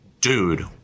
dude